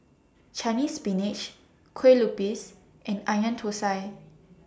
Chinese Spinach Kuih Lopes and Onion Thosai